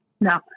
no